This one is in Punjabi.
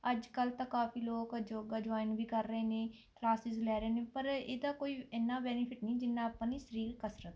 ਅੱਜ ਕੱਲ੍ਹ ਤਾਂ ਕਾਫ਼ੀ ਲੋਕ ਯੋਗਾ ਜੋਆਇਨ ਵੀ ਕਰ ਰਹੇ ਨੇ ਕਲਾਸਿਜ ਲੈ ਰਹੇ ਨੇ ਪਰ ਇਹਦਾ ਕੋਈ ਇੰਨਾ ਬੈਨੀਫਿਟ ਨਹੀਂ ਜਿੰਨਾਂ ਆਪਾਂ ਲਈ ਸਰੀਰਿਕ ਕਸਰਤ ਦਾ ਹੈ